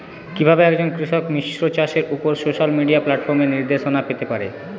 কিভাবে একজন কৃষক মিশ্র চাষের উপর সোশ্যাল মিডিয়া প্ল্যাটফর্মে নির্দেশনা পেতে পারে?